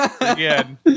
Again